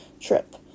trip